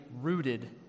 rooted